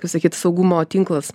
kaip sakyt saugumo tinklas